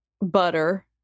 Butter